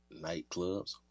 nightclubs